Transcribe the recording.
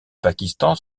pakistan